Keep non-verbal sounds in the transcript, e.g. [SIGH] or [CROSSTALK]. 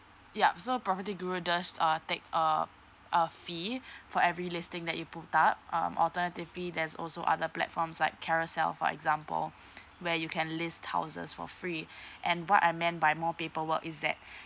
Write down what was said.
yup so property guru does uh take a a fee [BREATH] for every listing that you put up um alternatively there's also other platforms like carousell for example [BREATH] where you can list houses for free [BREATH] and what I meant by more paperwork is that [BREATH]